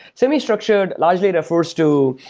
semi-structured, largely the first two,